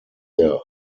their